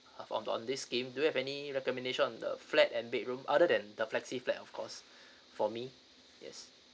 for on this scheme do you have any recommendation on the flat and bedroom other than the flexi flat of course for me yes